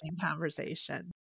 conversation